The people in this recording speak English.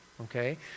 okay